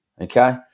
Okay